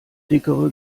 dickere